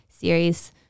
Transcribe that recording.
series